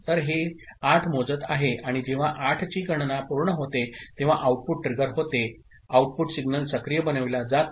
तर हे 8 मोजत आहे आणि जेव्हा 8 ची गणना पूर्ण होते तेव्हा आउटपुट ट्रिगर होते आउटपुट सिग्नल सक्रिय बनविला जातो